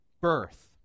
birth